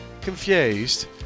confused